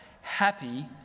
happy